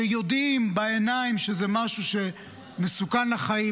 שיודעים בעיניים שזה משהו שהוא מסוכן לחיים,